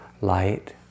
light